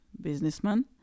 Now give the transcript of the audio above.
businessman